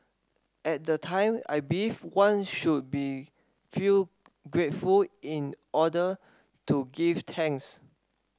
at the time I believed one should feel grateful in order to give thanks